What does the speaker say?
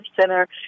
Center